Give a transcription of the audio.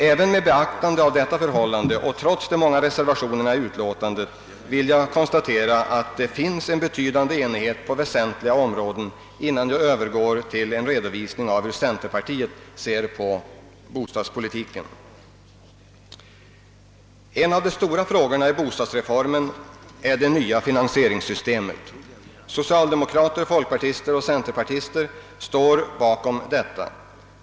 Även med beaktande av detta förhållande och trots de många reservationerna i utlåtandet vill jag konstatera att det finns en betydande enighet på väsentliga områden, innan jag övergår till en redovisning av hur centerpartiet ser på bostadspolitiken. En av de stora frågorna i bostadsreformen är det nya finansieringssystemet. Socialdemokrater, folkpartister och centerpartister står bakom detta.